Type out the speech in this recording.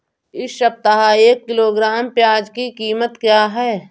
इस सप्ताह एक किलोग्राम प्याज की कीमत क्या है?